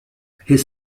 his